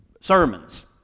sermons